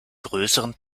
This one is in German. größeren